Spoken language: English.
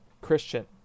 Christian